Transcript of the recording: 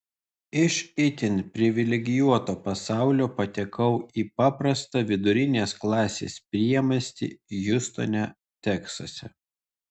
iš itin privilegijuoto pasaulio patekau į paprastą vidurinės klasės priemiestį hjustone teksase